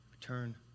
Return